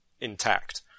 intact